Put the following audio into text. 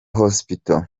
hospital